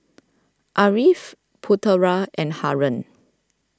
Ariff Putera and Haron